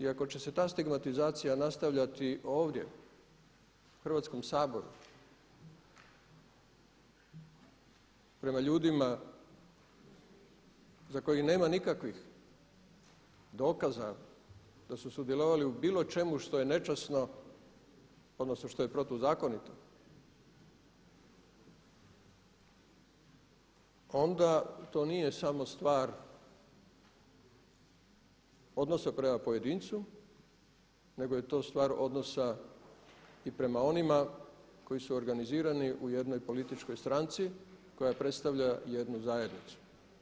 I ako će se ta stigmatizacija nastavljati ovdje u Hrvatskom saboru prema ljudima za koje nema nikakvih dokaza da su sudjelovali u bilo čemu što je nečasno, odnosno što je protuzakonito onda to nije samo stvar odnosa prema pojedincu nego je to stvar odnosa i prema onima koji su organizirani u jednoj političkoj stranci koja predstavlja jednu zajednicu.